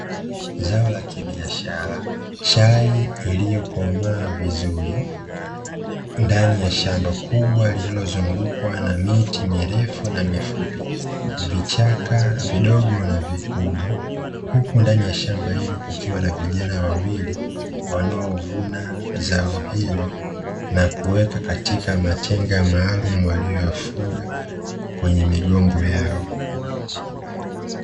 Zao la kibiashara, chai iliyokomoa vizuri ndani ya shamba kubwa lililozungukwa na miti mirefu na mifupi, vichaka vidogo na vikubwa. Huku ndani ya shamba hilo kukiwa na vijana wawili wanaovuna zao hilo na kuweka katika matenga maalumu waliyoyafunga kwenye migongo yao.